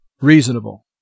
reasonable